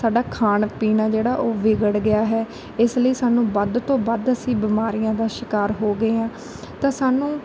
ਸਾਡਾ ਖਾਣ ਪੀਣ ਆ ਜਿਹੜਾ ਉਹ ਵਿਗੜ ਗਿਆ ਹੈ ਇਸ ਲਈ ਸਾਨੂੰ ਵੱਧ ਤੋਂ ਵੱਧ ਅਸੀਂ ਬਿਮਾਰੀਆਂ ਦਾ ਸ਼ਿਕਾਰ ਹੋ ਗਏ ਹਾਂ ਤਾਂ ਸਾਨੂੰ